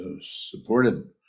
supported